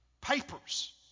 papers